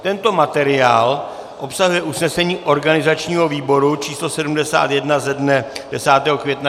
Tento materiál obsahuje usnesení organizačního výboru číslo 71 ze dne 10. května 2018.